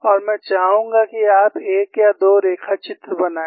और मैं चाहूंगा कि आप एक या दो रेखाचित्र बनाएं